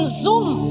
zoom